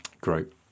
Great